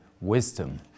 wisdom